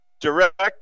direct